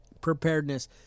preparedness